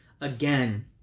again